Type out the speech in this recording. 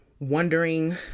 wondering